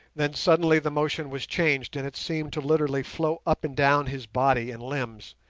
then suddenly the motion was changed, and it seemed to literally flow up and down his body and limbs,